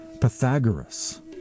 Pythagoras